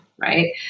right